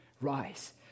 rise